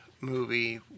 movie